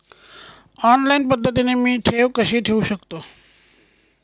Online पद्धतीने मी ठेव कशी ठेवू शकतो?